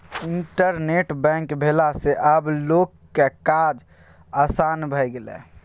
internet bank भेला सँ आब लोकक काज आसान भए गेलै